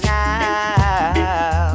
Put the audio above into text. now